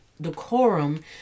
decorum